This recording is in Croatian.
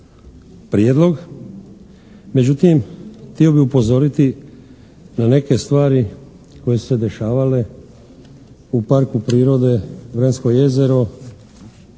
prijedlog, međutim htio bih upozoriti na neke stvari koje su se dešavale u Parku prirode "Vransko jezero",